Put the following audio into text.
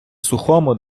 сухому